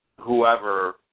whoever